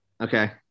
Okay